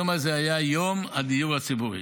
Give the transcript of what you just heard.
היום הזה היה יום הדיור הציבורי.